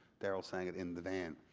darrell sang it in the van,